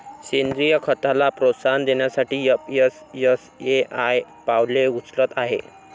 सेंद्रीय खताला प्रोत्साहन देण्यासाठी एफ.एस.एस.ए.आय पावले उचलत आहे